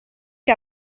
che